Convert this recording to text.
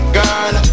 girl